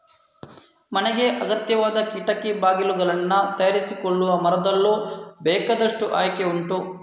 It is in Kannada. ಮನೆಗೆ ಅಗತ್ಯವಾದ ಕಿಟಕಿ ಬಾಗಿಲುಗಳನ್ನ ತಯಾರಿಸಿಕೊಳ್ಳುವ ಮರದಲ್ಲೂ ಬೇಕಾದಷ್ಟು ಆಯ್ಕೆ ಉಂಟು